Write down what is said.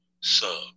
sub